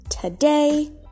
today